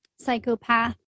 psychopath